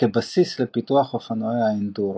כבסיס לפיתוח אופנועי האנדורו.